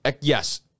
Yes